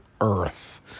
earth